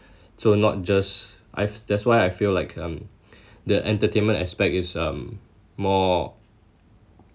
so not just I've that's why I feel like um the entertainment aspect is um more